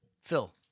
Phil